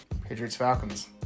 Patriots-Falcons